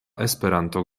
esperanto